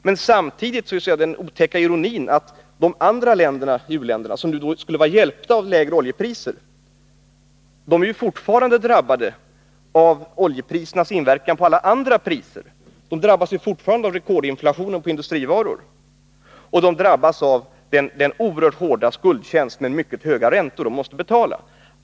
Men samtidigt innebär den otäcka ironin att de andra u-länderna, som skulle vara hjälpta av lägre oljepriser, fortfarande är drabbade av oljeprisernas inverkan på alla andra priser. De drabbas fortfarande av rekordinflationen på industrivaror, och de drabbas av den hårda skuldtjänst med mycket höga räntor som de måste betala.